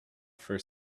for